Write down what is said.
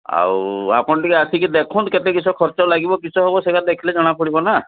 ଆଉ ଆପଣ ଟିକିଏ ଆସିକି ଦେଖନ୍ତୁ କେତେ କିସ ଖର୍ଚ୍ଚ ଲାଗିବ କିସ ହେବ ସେଇଟା ଦେଖିଲେ ଜଣାପଡ଼ିବ ନା